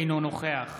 אינו נוכח